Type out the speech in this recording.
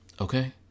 Okay